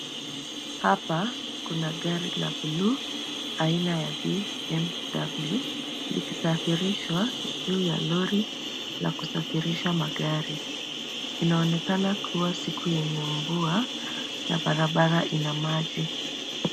Hapa kuna gari la buluu aina ya BMW likisafirishwa juu ya lori la kusafirisha magari. Inaonekana kuwa siku yenye mvua na barabara ina maji.